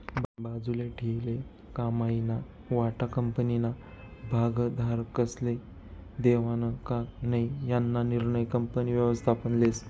बाजूले ठीयेल कमाईना वाटा कंपनीना भागधारकस्ले देवानं का नै याना निर्णय कंपनी व्ययस्थापन लेस